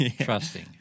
trusting